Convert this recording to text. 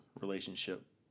relationship